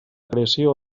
creació